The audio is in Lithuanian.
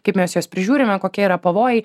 kaip mes juos prižiūrime kokia yra pavojai